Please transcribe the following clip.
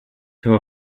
her